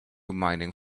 mining